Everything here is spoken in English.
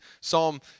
Psalm